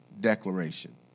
declaration